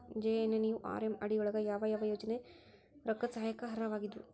JNNURM ಅಡಿ ಯೊಳಗ ಯಾವ ಯೋಜನೆ ರೊಕ್ಕದ್ ಸಹಾಯಕ್ಕ ಅರ್ಹವಾಗಿದ್ವು?